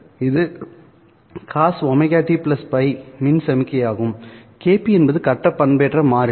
இது cosωt Ф மின் சமிக்ஞையாகும் kp என்பது கட்ட பண்பேற்றம் மாறிலி